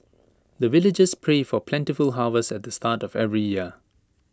the villagers pray for plentiful harvest at the start of every year